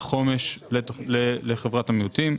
חומש לחברת המיעוטים.